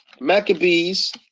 Maccabees